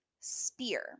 Spear